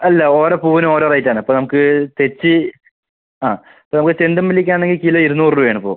അല്ല ഓരോ പൂവിനും ഓരോ റേയ്റ്റ് ആണ് ഇപ്പം നമുക്ക് തെച്ചി ആ ഇപ്പം നമുക്ക് ചെണ്ടുമല്ലിക്ക് ആണെങ്കിൽ കിലോ ഇരുന്നൂറ് രൂപ ആണ് ഇപ്പോൾ